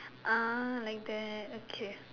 ah like that okay